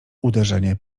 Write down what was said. uderzenie